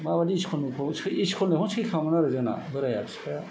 माबायदि school school नुबानो school होननायखौनो सैखायामोन आरो जोंना बोराया बिफाया